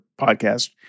podcast